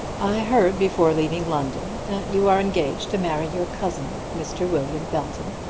i heard before leaving london that you are engaged to marry your cousin mr. william belton,